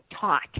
taught